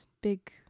big